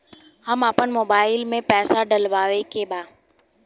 हम आपन मोबाइल में पैसा डलवावे के बा?